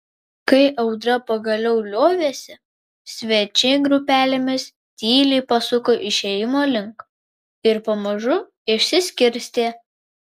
kai audra pagaliau liovėsi svečiai grupelėmis tyliai pasuko išėjimo link ir pamažu išsiskirstė